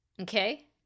Okay